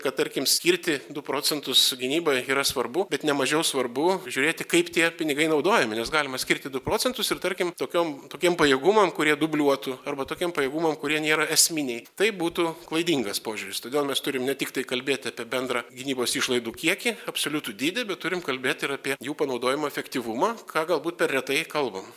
kad tarkim skirti du procentus gynybai yra svarbu bet nemažiau svarbu žiūrėti kaip tie pinigai naudojami nes galima skirti du procentus ir tarkim tokiom tokiem pajėgumam kurie dubliuotų arba tokiem pajėgumam kurie nėra esminiai tai būtų klaidingas požiūris todėl mes turim ne tiktai kalbėti apie bendrą gynybos išlaidų kiekį absoliutų dydį bet turim kalbėti ir apie jų panaudojimo efektyvumą ką galbūt per retai kalbam